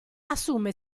assume